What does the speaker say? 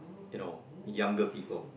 you know younger people